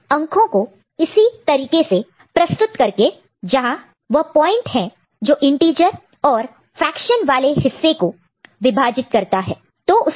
तो अंक number number को इस तरीके से प्रस्तुत रिप्रेजेंट represent करके जहां यह वह पॉइंट है जो इंटीजर और फ्रेक्शन वाले हिस्से को अलग करता है